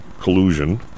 collusion